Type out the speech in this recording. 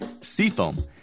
Seafoam